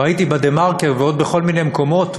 ראיתי ב"דה-מרקר" ובעוד כל מיני מקומות,